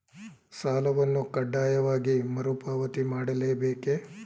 ಸಾಲವನ್ನು ಕಡ್ಡಾಯವಾಗಿ ಮರುಪಾವತಿ ಮಾಡಲೇ ಬೇಕೇ?